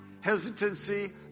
hesitancy